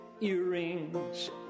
earrings